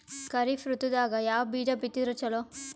ಖರೀಫ್ ಋತದಾಗ ಯಾವ ಬೀಜ ಬಿತ್ತದರ ಚಲೋ?